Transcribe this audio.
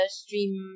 stream